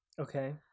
Okay